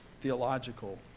theological